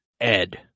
Ed